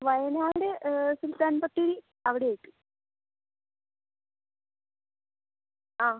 വയനാട് സുൽത്താൻ ബത്തേരി അവിടെയായിട്ട് ആ